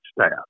staff